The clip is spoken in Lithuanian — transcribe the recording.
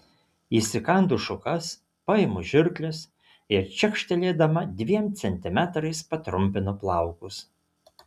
įsikandu šukas paimu žirkles ir čekštelėdama dviem centimetrais patrumpinu plaukus